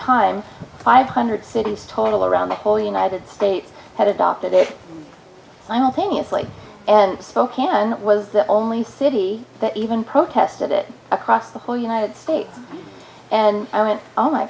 time five hundred cities total around the whole united states had adopted a i don't thing it's like an spokane was the only city that even protested it across the whole united states and i went oh my